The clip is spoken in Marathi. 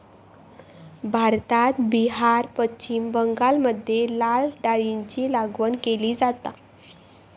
भारतात बिहार, पश्चिम बंगालमध्ये लाल डाळीची लागवड केली जाता